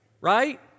right